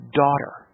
daughter